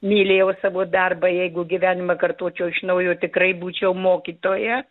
mylėjau savo darbą jeigu gyvenimą kartočiau iš naujo tikrai būčiau mokytoja